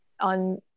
on